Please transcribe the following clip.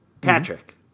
patrick